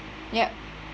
ya